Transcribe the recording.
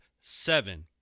Seven